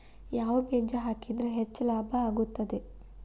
ಯಾವ ಬೇಜ ಹಾಕಿದ್ರ ಹೆಚ್ಚ ಲಾಭ ಆಗುತ್ತದೆ?